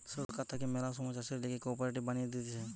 সরকার থাকে ম্যালা সময় চাষের লিগে কোঅপারেটিভ বানিয়ে দিতেছে